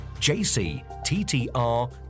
JCTTR